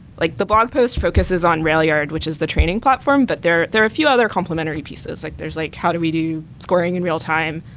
like the blog post focuses on railyard, which is the training platform, but there there are a few other complementary pieces. like there's like how do we do scoring in real time?